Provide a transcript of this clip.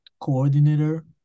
coordinator